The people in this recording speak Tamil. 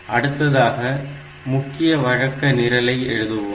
அடுத்ததாக முக்கிய வழக்க நிரலை எழுதுவோம்